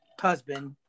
husband